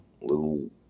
little